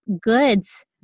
goods